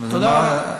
תודה רבה.